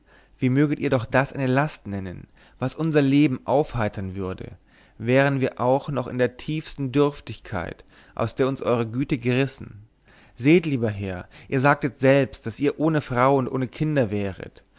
wie möget ihr doch das eine last nennen was unser leben aufheitern würde wären wir auch noch in der tiefsten dürftigkeit aus der uns eure güte gerissen seht lieber herr ihr sagtet selbst daß ihr ohne frau und ohne kinder wäret